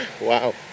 wow